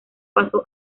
pasó